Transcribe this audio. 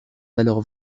valeur